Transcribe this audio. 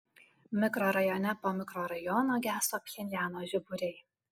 mikrorajone po mikrorajono geso pchenjano žiburiai